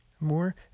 More